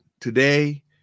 Today